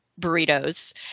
burritos